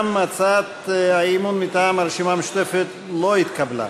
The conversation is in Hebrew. גם הצעת האי-אמון מטעם הרשימה המשותפת לא התקבלה.